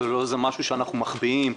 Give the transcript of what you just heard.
או איזה משהו שאנחנו מחביאים.